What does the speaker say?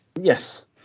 Yes